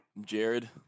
Jared